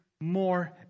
more